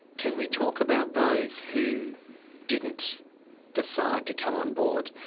can we talk about those who didn't decide to come on board.